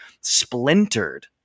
splintered